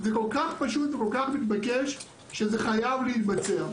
זה כל כך פשוט וכל כך מתבקש שזה חייב להתבצע.